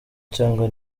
cyangwa